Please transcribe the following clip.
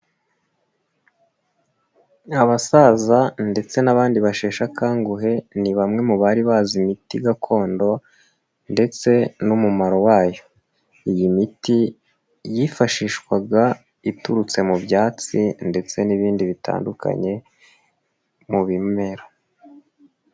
Abasaza ndetse n'abandi basheshe akanguhe ni bamwe mu bari bazi imiti gakondo ndetse n'umumaro wayo, iyi miti yifashishwaga iturutse mu byatsi ndetse n'ibindi bitandukanye mu bimera.